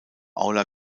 aula